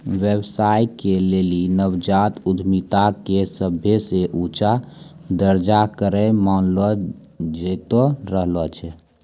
व्यवसाय के लेली नवजात उद्यमिता के सभे से ऊंचा दरजा करो मानलो जैतो रहलो छै